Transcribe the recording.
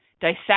dissect